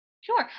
Sure